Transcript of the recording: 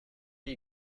you